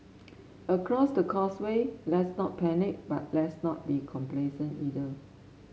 across the causeway let's not panic but let's not be complacent either